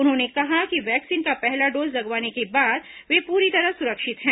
उन्होंने कहा कि वैक्सीन का पहला डोज लगवाने के बाद वे पूरी तरह सुरक्षित हैं